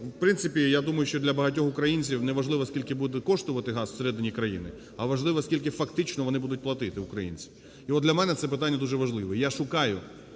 В принципі, я думаю, що для багатьох українців неважливо скільки буде коштувати газ всередині країни, а важливо скільки фактично вони будуть платити, українці, і от для мене це питання дуже важливо. Я шукаю